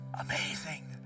amazing